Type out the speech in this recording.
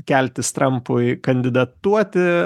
keltis trampui kandidatuoti